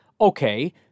Okay